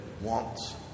wants